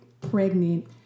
pregnant